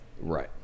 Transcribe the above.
Right